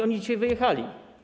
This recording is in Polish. Oni dzisiaj wyjechali.